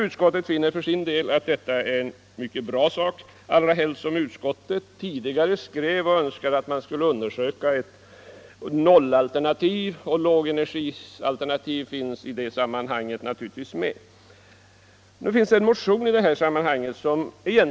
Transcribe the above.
Utskottet finner för sin del att detta är en mycket bra ordning, allra helst som utskottet i ett tidigare betänkande hemställt om en utredning angående ett nollalternativ, i vilket sammanhang naturligtvis även lågenergialternativet kommer med.